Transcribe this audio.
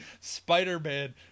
Spider-Man